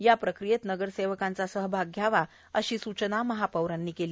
या प्रक्रियेत नगरसेवकांचा सहभाग घ्या अशी सूचना महापौरांनी केली